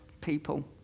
people